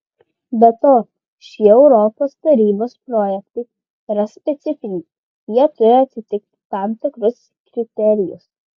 be to šie europos tarybos projektai yra specifiniai jie turi atitikti tam tikrus kriterijus